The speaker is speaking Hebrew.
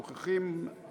נוכחים,